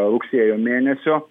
rugsėjo mėnesio